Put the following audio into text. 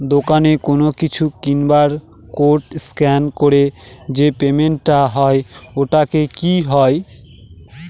দোকানে কোনো কিছু কিনে বার কোড স্ক্যান করে যে পেমেন্ট টা হয় ওইটাও কি হয়?